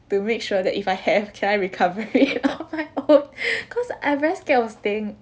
to make sure that if I have can I recover it on my own cause I very scared of staying